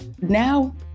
now